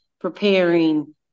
preparing